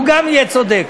גם הוא יהיה צודק.